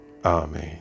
Amen